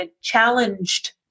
challenged